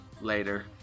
Later